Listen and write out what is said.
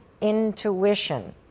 intuition